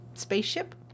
Spaceship